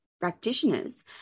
practitioners